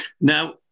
Now